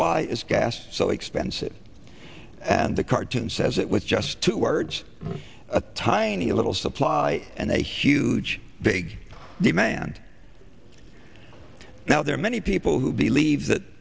why is gas so expensive and the cartoon says it was just two words a tiny little supply and a huge big demand now there are many people who believe that